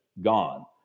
gone